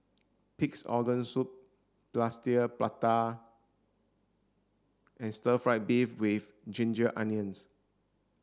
pig's organ soup plaster prata and stir fried beef with ginger onions